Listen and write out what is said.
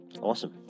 Awesome